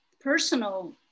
personal